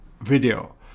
video